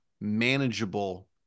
manageable